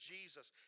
Jesus